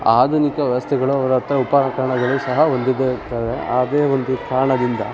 ಆಧುನಿಕ ವ್ಯವಸ್ಥೆಗಳು ಅವ್ರ ಹತ್ತಿರ ಉಪಕರಣಗಳು ಸಹ ಹೊಂದಿಲ್ದೇ ಇರ್ತಾರೆ ಅದೇ ಒಂದು ಕಾರಣದಿಂದ